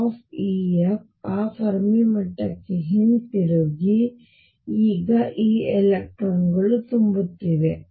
ಆ ಫೆರ್ಮಿ ಮಟ್ಟಕ್ಕೆ ಹಿಂದಿರುಗಿ ಈಗ ಈ ಎಲೆಕ್ಟ್ರಾನ್ ಗಳು ತುಂಬುತ್ತಿವೆ